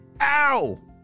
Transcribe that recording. Ow